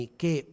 che